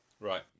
Right